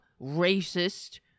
racist